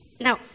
Now